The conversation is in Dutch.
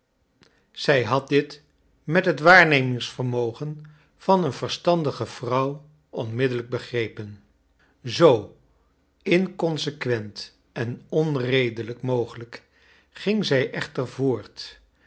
zij had dit met het waarnemings vermogen van een verstandige vrouw onmiddellijk begrepen zgo inconsequent en onredelijk mogelijk ging zrj echter voort